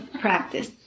practice